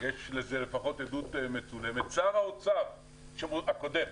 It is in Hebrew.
יש לזה עדות מצולמת שר האוצר הקודם,